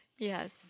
Yes